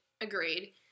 Agreed